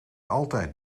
altijd